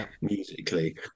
musically